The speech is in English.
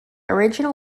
original